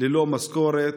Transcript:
תודה רבה.